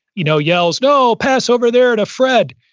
you know yells, no, pass over there to fred,